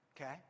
okay